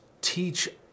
teach